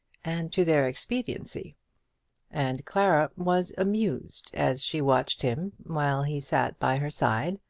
and to their expediency and clara was amused as she watched him while he sat by her side,